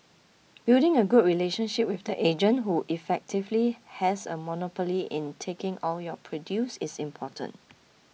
building a good relationship with the agent who effectively has a monopoly in taking all your produce is important